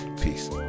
Peace